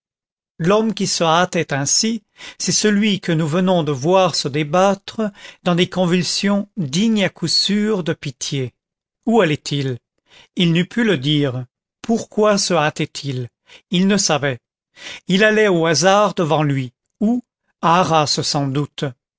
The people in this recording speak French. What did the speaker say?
l'homme qui se hâtait ainsi c'est celui que nous venons de voir se débattre dans des convulsions dignes à coup sûr de pitié où allait-il il n'eût pu le dire pourquoi se hâtait il il ne savait il allait au hasard devant lui où à arras sans doute